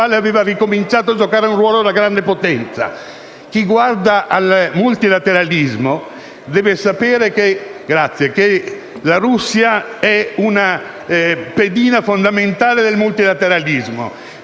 aveva ricominciato a giocare un ruolo di grande potenza. Chi guarda al multilateralismo deve sapere che la Russia è una pedina fondamentale del multilateralismo,